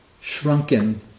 shrunken